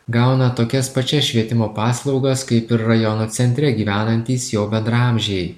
gauna tokias pačias švietimo paslaugas kaip ir rajono centre gyvenantys jo bendraamžiai